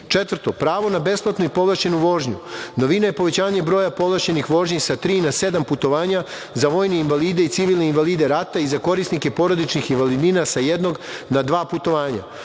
odnosu. Četvrto, pravo na besplatnu i povlašćenu vožnju. Novina je povećanje broja povlašćenih vožnji sa tri na sedam putovanja za vojne invalide i civilne invalide rata i za korisnike porodičnih invalidnina sa jednog na dva putovanja.